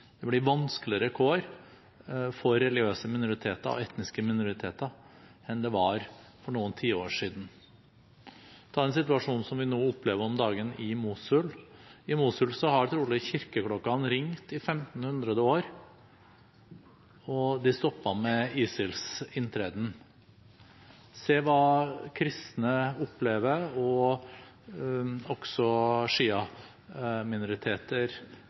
det blir vanskeligere kår for religiøse og etniske minoriteter enn det var for noen tiår siden. Ta den situasjonen som vi opplever nå om dagen i Mosul: I Mosul har kirkeklokkene trolig ringt i 1 500 år, og de stoppet med ISILs inntreden. Se hva kristne, og også